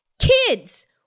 kids